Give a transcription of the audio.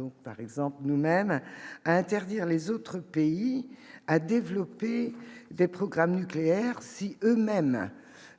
donc par exemple nous-mêmes interdire les autres pays à développer des programmes nucléaires si eux-mêmes